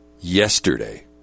Yesterday